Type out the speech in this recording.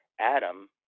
Adam